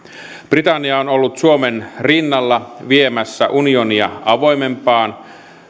britannia on ollut suomen rinnalla viemässä unionia avoimempaan